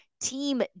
team